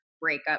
breakup